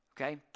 Okay